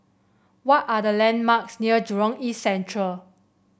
what are the landmarks near Jurong East Central